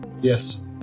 yes